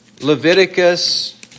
Leviticus